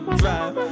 drive